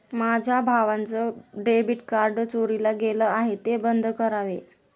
माझ्या भावाचं debit card चोरीला गेलं आहे, ते बंद करावे